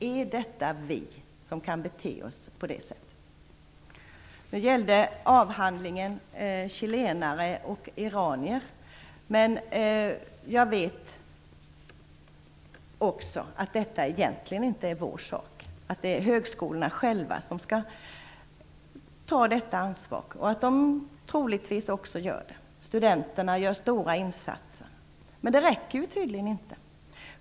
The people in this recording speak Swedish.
Är det vi som beter oss på det sättet? Avhandlingen gällde chilenare och iranier. Jag vet att detta egentligen inte är vår sak. Det är högskolorna som skall ta ansvaret och troligtvis också gör det. Studenterna gör stora insatser. Men det räcker tydligen inte.